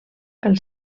pel